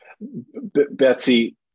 Betsy